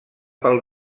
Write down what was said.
pel